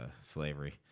slavery